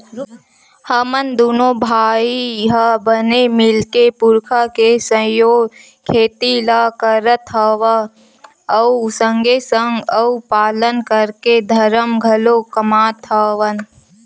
हमन दूनो भाई ह बने मिलके पुरखा के संजोए खेती ल करत हवन अउ संगे संग गउ पालन करके धरम घलोक कमात हवन